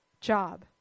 job